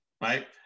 right